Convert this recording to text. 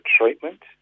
treatment